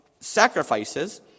sacrifices